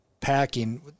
packing